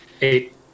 Eight